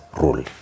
rule